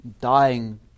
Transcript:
dying